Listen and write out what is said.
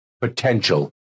potential